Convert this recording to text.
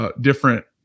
different